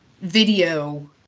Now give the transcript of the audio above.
video